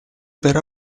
per